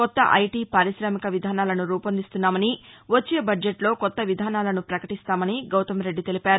కొత్త ఐటీ పారికామిక విధానాలను రూపొందిస్తున్నామని వచ్చే బడ్జెట్లో కొత్త విధానాలను ప్రకటిస్తామని గౌతమ్రెడ్డి తెలిపారు